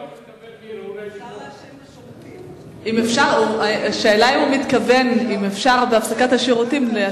אתה שואל אם אפשר יהיה ללכת להפסקת שירותים עם סיגריה?